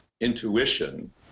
intuition